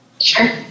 Sure